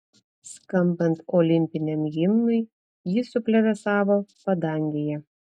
skambant olimpiniam himnui ji suplevėsavo padangėje